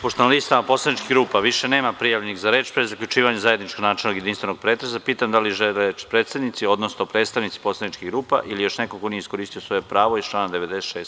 Pošto na listama poslaničkih grupa više nema prijavljenih za reč, pre zaključivanja zajedničkog načelnog jedinstvenog pretresa, pitam da li žele reč predsednici, odnosno ovlašćeni predstavnici poslaničkih grupa ili još neko ko nije iskoristio svoje pravo iz člana 96.